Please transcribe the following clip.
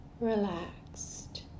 relaxed